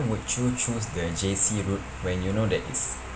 would you choose the J_C route when you know that is